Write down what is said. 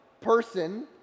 person